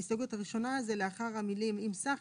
ההסתייגות הראשונה זה לאחר המילים אם סך,